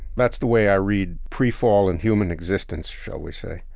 that's the way i read pre-fallen human existence, shall we say,